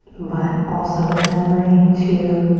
but also remembering to